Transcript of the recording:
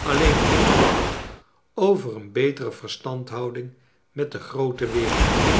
alleen gelaten over een betere verstandhouding met de groote wereld